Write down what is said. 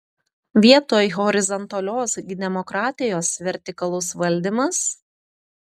vietoj horizontalios demokratijos vertikalus valdymas